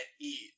eat